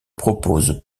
proposent